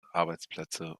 arbeitsplätze